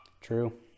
True